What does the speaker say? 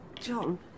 John